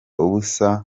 ubusa